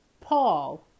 Paul